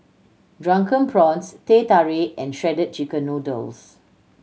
Drunken Prawns Teh Tarik and Shredded Chicken Noodles